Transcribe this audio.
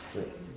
wait